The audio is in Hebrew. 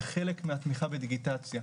כחלק מהתמיכה בדיגיטציה,